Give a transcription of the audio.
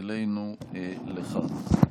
אלינו לכאן.